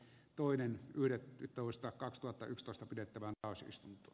toinen yhdettätoista kaksituhattayksitoista pidettävä assistentti